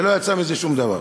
ולא יצא מזה שום דבר.